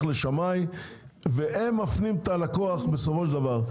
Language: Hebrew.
לשמאי והם מפנים את הלקוח בסופו של דבר,